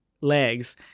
legs